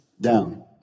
Down